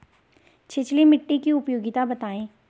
छिछली मिट्टी की उपयोगिता बतायें?